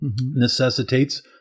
necessitates